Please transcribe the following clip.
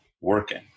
working